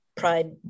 pride